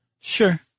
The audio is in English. Sure